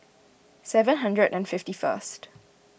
seven hundred and fifty first